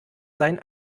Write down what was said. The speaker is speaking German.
sein